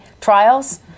trials